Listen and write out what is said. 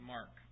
Mark